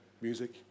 music